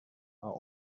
are